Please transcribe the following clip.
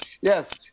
Yes